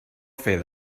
fer